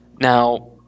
Now